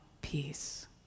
peace